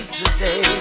today